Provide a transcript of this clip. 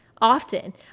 often